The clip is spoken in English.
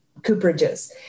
cooperages